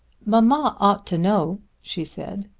mamma ought to know, she said.